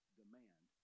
demand